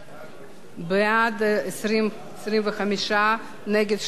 בעד, 25, נגד, 12,